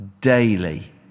daily